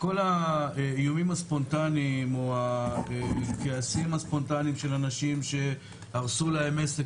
כל האיומים הספונטניים או הכעסים הספונטניים של אנשים שהרסו להם עסק